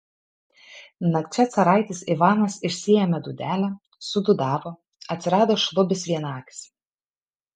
nakčia caraitis ivanas išsiėmė dūdelę sudūdavo atsirado šlubis vienakis